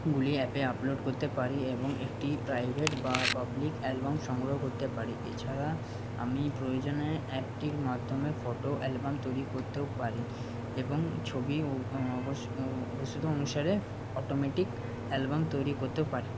গুলি অ্যাপে আপলোড করতে পারি এবং একটি প্রাইভেট বা পাবলিক অ্যালবাম সংগ্রহ করতে পারি এছাড়া আমি প্রয়োজনে অ্যাপটির মাধ্যমে ফটো অ্যালবাম তৈরি করতেও পারি এবং ছবির অবস্থান অনুসারে অটোমেটিক অ্যালবাম তৈরি করতেও পারি